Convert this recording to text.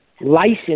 license